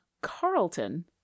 carlton